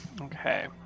Okay